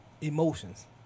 emotions